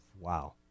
Wow